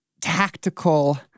tactical